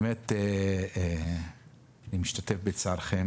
אני באמת משתתף בצערכם